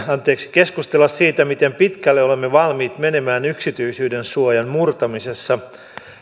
keskustella siitä miten pitkälle olemme valmiit menemään yksityisyydensuojan murtamisessa